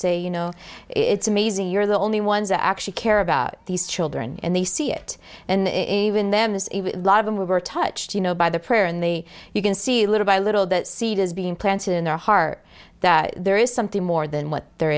say you know it's amazing you're the only ones actually care about these children and they see it in them as a lot of them were touched you know by the prayer and they you can see little by little that seed is being planted in their heart that there is something more than what there